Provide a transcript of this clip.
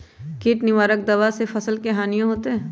किट निवारक दावा से फसल के हानियों होतै?